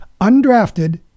undrafted